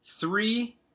three